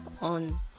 on